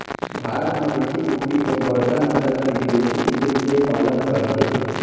भारत म देसी कुकरी अउ बड़का नसल के बिदेसी कुकरी के पालन करथे